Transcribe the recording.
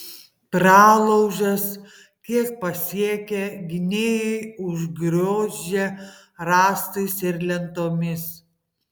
pralaužas kiek pasiekia gynėjai užgriozdžia rąstais ir lentomis